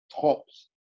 tops